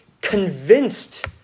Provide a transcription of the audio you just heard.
convinced